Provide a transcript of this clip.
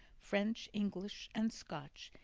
french, english, and scotch,